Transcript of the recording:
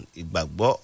ibagbo